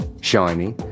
shiny